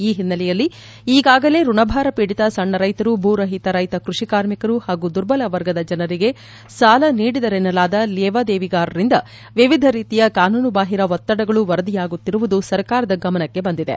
ಈ ಹಿನ್ನೆಲೆಯಲ್ಲಿ ಈಗಾಗಲೇ ಋಣಭಾರ ಪೀಡಿತ ಸಣ್ಣ ರೈತರು ಭೂರಹಿತ ರೈತ ಕೃಷಿ ಕಾರ್ಮಿಕರು ಹಾಗೂ ದುರ್ಬಲ ವರ್ಗದ ಜನರಿಗೆ ಸಾಲ ನೀಡಿದರೆನ್ನಲಾದ ಲೇವಾದೇವಿಗಾರರಿಂದ ವಿವಿಧ ರೀತಿಯ ಕಾನೂನುಬಾಹಿರ ಒತ್ತಡಗಳು ವರದಿಯಾಗುತ್ತಿರುವುದು ಸರ್ಕಾರದ ಗಮನಕ್ಕೆ ಬಂದಿದೆ